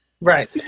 Right